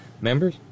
members